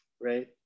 right